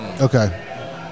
Okay